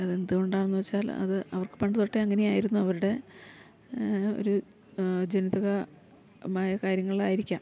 അതെന്തുകൊണ്ടാന്ന് വെച്ചാൽ അത് അവർക്ക് പണ്ട് തൊട്ടേയങ്ങനെ ആയിരുന്നു അവരുടെ ഒരു ജനിതക മായ കാര്യങ്ങളായിരിക്കാം